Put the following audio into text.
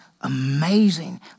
amazing